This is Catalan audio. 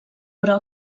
però